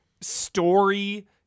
story